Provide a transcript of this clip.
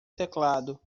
teclado